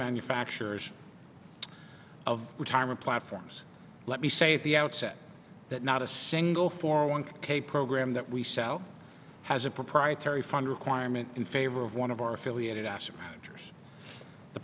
manufacturers of retirement platforms let me say at the outset that not a single for one k program that we sell has a proprietary fund requirement in favor of one of our affiliated